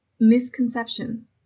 misconception